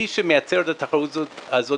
מי שמייצר את התחרות הזאת,